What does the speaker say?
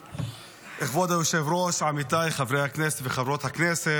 כבוד היושב-ראש, עמיתיי חברי הכנסת וחברות הכנסת,